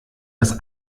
das